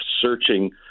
searching